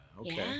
okay